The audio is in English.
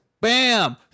Bam